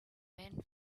men